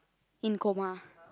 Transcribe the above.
in coma